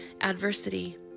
adversity